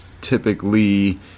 Typically